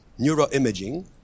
neuroimaging